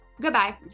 Goodbye